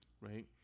right